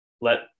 let